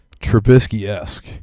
Trubisky-esque